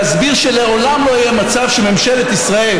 להסביר שלעולם לא יהיה מצב שממשלת ישראל